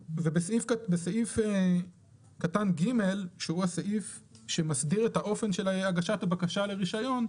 בסעיף קטן (ג) שהוא הסעיף שמסדיר את האופן של הגשת הבקשה לרישיון,